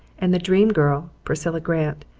and the dream girl, priscilla grant,